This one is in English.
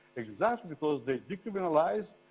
exactly because they decriminalized,